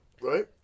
right